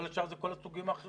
כל השאר זה כל הסוגים האחרים.